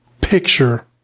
picture